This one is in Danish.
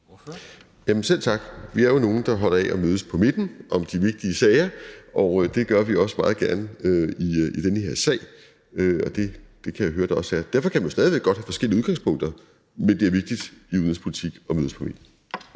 Selv tak. Vi er jo nogle, der holder af at mødes på midten om de vigtige sager, og det gør vi også meget gerne i den her sag, og det kan jeg høre at der også er andre der gør. Derfor kan man stadig væk godt have forskellige udgangspunkter, men det er vigtigt i udenrigspolitik at mødes på midten.